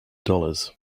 dollars